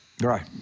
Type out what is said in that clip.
Right